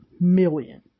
million